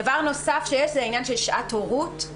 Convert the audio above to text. דבר נוסף שיש זה העניין של שעת הורות,